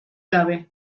gabe